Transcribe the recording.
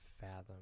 fathom